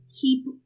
keep